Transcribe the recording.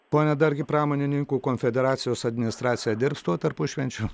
pone dargi pramonininkų konfederacijos administracija dirbs tuo tarpušvenčiu